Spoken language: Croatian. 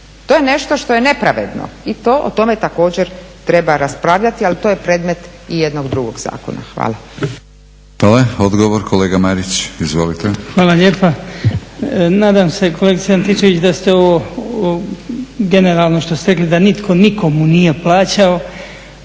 To je nešto što je nepravedno i o tome također treba raspravljati, ali to je predmet i jednog drugog zakona. Hvala. **Batinić, Milorad (HNS)** Hvala. Odgovor kolega Marić, izvolite. **Marić, Goran (HDZ)** Hvala lijepa. Nadam se kolegice Antičević da ste ovo, generalno što ste rekli, da nitko nikomu nije plaćao,